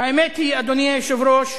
האמת היא, אדוני היושב-ראש,